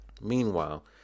Meanwhile